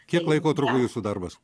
kiek laiko truko jūsų darbas